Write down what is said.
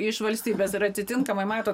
iš valstybės ir atitinkamai mato